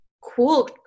cool